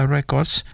Records